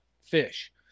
fish